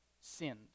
sinned